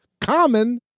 common